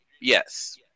yes